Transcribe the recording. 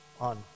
on